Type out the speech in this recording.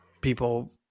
people